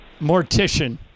mortician